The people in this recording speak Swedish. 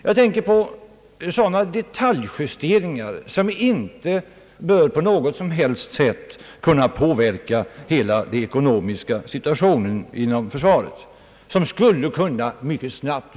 Jag tänker på sådana detaljjusteringar som inte på något sätt bör kunna påverka den ekonomiska situationen inom försvaret och som skulle kunna vidtagas mycket snabbt.